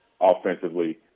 offensively